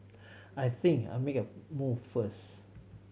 I think I'm make a move first